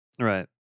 Right